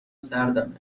سردمه